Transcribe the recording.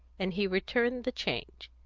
and he returned the change,